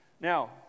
now